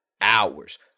hours